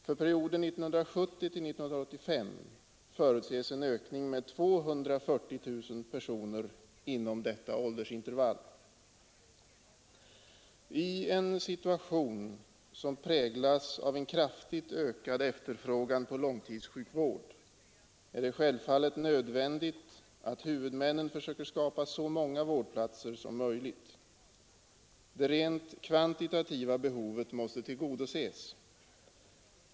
För perioden 1970-1985 förutses en ökning med 240000 personer inom detta åldersintervall. I en situation som präglas av en kraftigt ökad efterfrågan på långtidssjukvård är det självfallet nödvändigt att huvudmännen försöker skapa så många vårdplatser som möjligt. Det rent kvantitativa behovet måste tillgodoses.